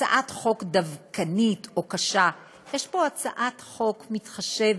הצעת חוק דווקנית או קשה, יש פה הצעת חוק מתחשבת,